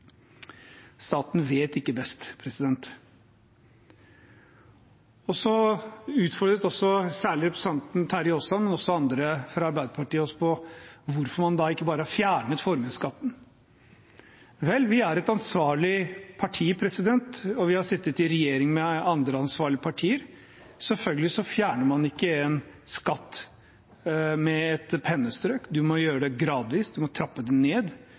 Staten vet ikke best. Så utfordret særlig representanten Terje Aasland, men også andre fra Arbeiderpartiet oss på hvorfor man ikke bare har fjernet formuesskatten. Vel, vi er et ansvarlig parti, og vi har sittet i regjering med andre ansvarlige partier. Selvfølgelig fjerner man ikke en skatt med et pennestrøk. Man må gjøre det gradvis, man må trappe den ned,